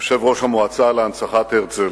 יושב-ראש המועצה להנצחת זכרו של הרצל,